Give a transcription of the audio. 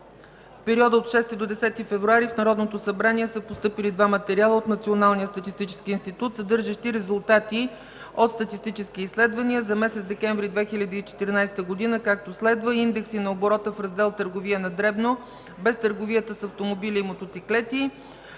В периода от 6 – 10 февруари в Народното събрание са постъпили двама материала от Националния статистически институт, съдържащи резултати от статистически изследвания за месец декември 2014 г., както следва: индекси на оборота в Раздел „Търговия на дребно” без търговията с автомобили и мотоциклети;